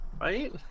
right